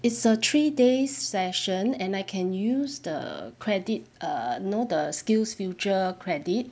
it's a three days session and I can use the credit err know the skills future credit